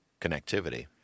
connectivity